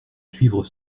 suivre